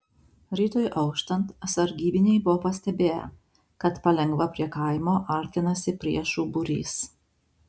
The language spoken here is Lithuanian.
rytui auštant sargybiniai buvo pastebėję kad palengva prie kaimo artinasi priešų būrys